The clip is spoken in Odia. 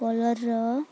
କଲର୍ର